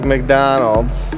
McDonald's